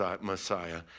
Messiah